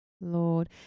Lord